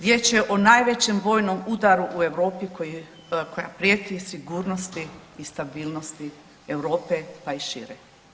Riječ je o najvećem vojnom udaru u Europi koja prijeti sigurnosti i stabilnosti Europe pa i šire.